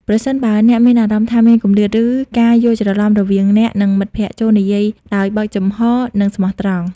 ប្រសិនបើអ្នកមានអារម្មណ៍ថាមានគម្លាត ឬការយល់ច្រឡំរវាងអ្នក និងមិត្តភក្តិ ចូរនិយាយដោយបើកចំហរ និងស្មោះត្រង់។